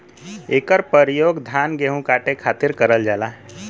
इकर परयोग धान गेहू काटे खातिर करल जाला